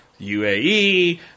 UAE